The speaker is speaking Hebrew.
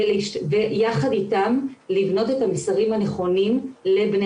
ויחד איתם לבנות את המסרים הנכונים לבני